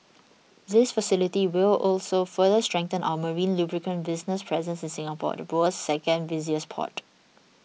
this facility will also further strengthen our marine lubricant business's presence in Singapore the world's second busiest port